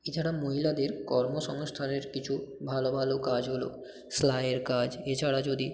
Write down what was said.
এছাড়া মহিলাদের কর্মসংস্থানের কিছু ভালো ভালো কাজ হলো সেলাইয়ের কাজ এছাড়া যদি